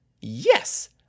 Yes